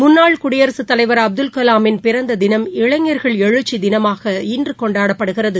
முன்னாள் குடியரசுத்தலைவர் அப்துல் கலாமின் பிறந்ததினம் இளைஞர்கள் எழுச்சிதினமாக இன்றுகொண்டாடப்படுகிறது